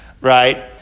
right